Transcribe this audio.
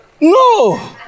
No